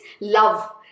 love